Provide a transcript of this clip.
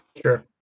sure